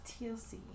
TLC